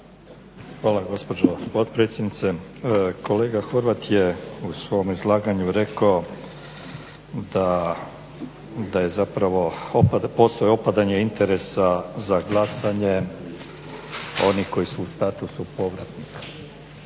Hvala gospođo potpredsjednice. Kolega Horvat je u svom izlaganju rekao da je zapravo postoji opadanje interesa za glasanje onih koji su u statusu povratnika.